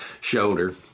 shoulder